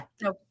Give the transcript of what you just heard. no